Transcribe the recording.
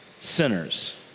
sinners